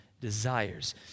desires